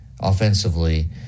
offensively